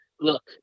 look